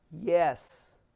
Yes